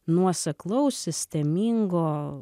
nuoseklaus sistemingo